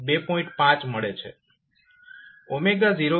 5 મળે છે